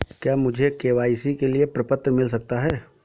क्या मुझे के.वाई.सी के लिए प्रपत्र मिल सकता है?